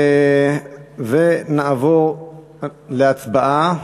נעבור להצבעה.